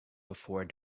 before